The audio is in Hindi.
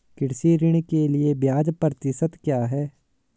कृषि ऋण के लिए ब्याज प्रतिशत क्या है?